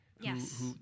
Yes